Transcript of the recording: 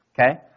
Okay